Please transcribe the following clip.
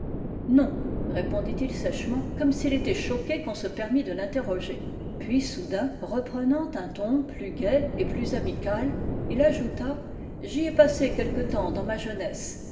non répondit-il sèchement comme s'il était choqué qu'on se permit de l'interroger puis soudain reprenant un ton plus gai et plus amical il ajouta j'y ai passé quelque temps dans ma jeunesse